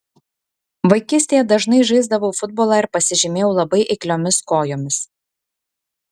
vaikystėje dažnai žaisdavau futbolą ir pasižymėjau labai eikliomis kojomis